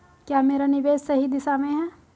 क्या मेरा निवेश सही दिशा में है?